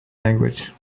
language